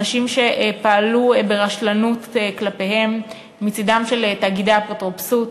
אנשים שפעלו ברשלנות כלפיהם מצדם של תאגידי האפוטרופסות.